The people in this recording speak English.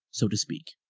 so to speak.